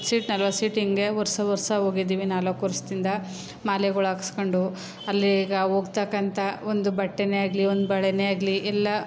seat ನಲವತ್ತು seat ಹಿಂಗೆ ವರ್ಷ ವರ್ಷ ಹೋಗಿದ್ದೀವಿ ನಾಲ್ಕು ವರ್ಷದಿಂದ ಮಾಲೆಗಳು ಹಾಕಿಸ್ಕೊಂಡು ಅಲ್ಲಿ ಈಗ ಹೋಗ್ತಕ್ಕಂಥ ಒಂದು ಬಟ್ಟೆಯೇ ಆಗಲಿ ಒಂದು ಬಳೆಯೇ ಆಗಲಿ ಎಲ್ಲ